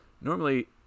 normally